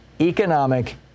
economic